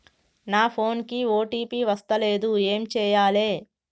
నా ఫోన్ కి ఓ.టీ.పి వస్తలేదు ఏం చేయాలే?